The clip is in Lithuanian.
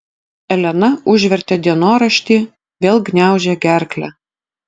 elena užvertė dienoraštį vėl gniaužė gerklę